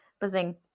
buzzing